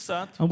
Santo